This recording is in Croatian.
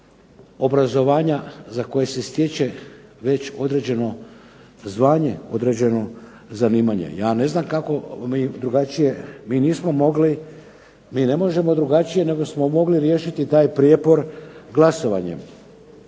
obrazovanja za koja se stječe već određeno zvanje, određeno zanimanje. Ja ne znam kako mi drugačije, mi nismo mogli, mi ne možemo drugačije nego smo mogli riješiti taj prijepor glasovanjem.